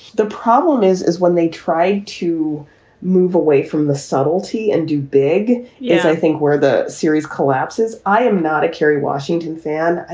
the problem is, is when they try to move away from the subtlety and do big is, i think, where the series collapses. i am not a kerry washington fan.